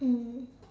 mm